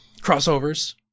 crossovers